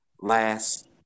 last